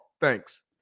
Thanks